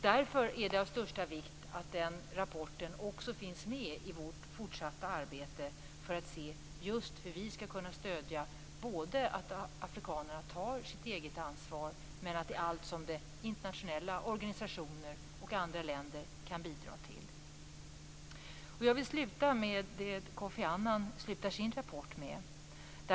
Därför är det av största vikt att rapporten finns med i vårt fortsatta arbete för att se just hur vi skall kunna stödja att afrikanerna tar eget ansvar men också vad andra organisationer och länder kan bidra till. Jag vill avsluta med vad Kofi Annan avslutar sin rapport med.